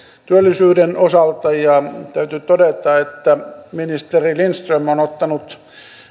työllisyyden osalta täytyy todeta että ministeri lindström on ottanut